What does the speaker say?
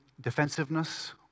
defensiveness